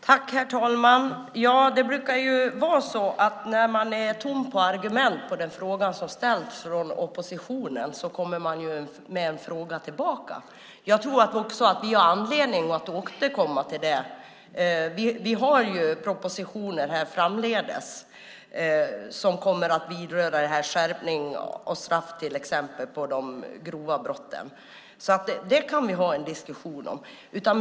Herr talman!! Det brukar vara så att när man är tom på argument på den fråga som ställts från oppositionen kommer man med en fråga tillbaka. Jag tror att vi har anledning att återkomma till detta, och vi har propositioner att behandla här framdeles som kommer att vidröra skärpning av straff till exempel för de grova brotten. Det kan vi ha en diskussion om.